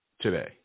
today